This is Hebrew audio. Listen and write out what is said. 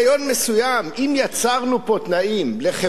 אם יצרנו פה תנאים לחברה להצליח,